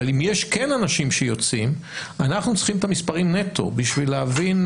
אבל אם יש כן אנשים שיוצאים אנחנו צריכים את המספרים נטו בשביל להבין,